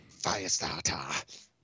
Firestarter